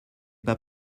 pas